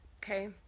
Okay